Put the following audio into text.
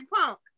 punk